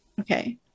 Okay